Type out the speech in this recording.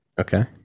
okay